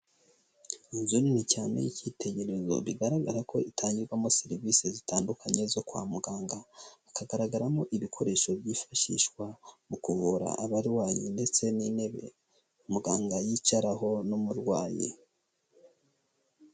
Inzu nini cyane y'icyitegererezo bigaragara ko itangirwamo serivisi zitandukanye zo kwa muganga ikagaragaramo ibikoresho byifashishwa mu kuvura abaywayi ndetse n'intebe umuganga yicaraho n'umurwayi.